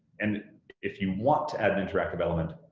and if you want to add an interactive element,